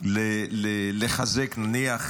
לחזק נניח